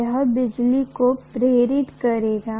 तब यह बिजली को प्रेरित करेगा